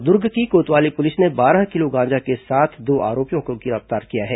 और दुर्ग की कोतवाली पुलिस ने बारह किलो गांजे के साथ दो आरोपियों को गिरफ्तार किया है